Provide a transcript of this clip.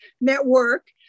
network